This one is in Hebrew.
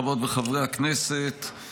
חברות וחברי הכנסת,